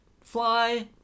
fly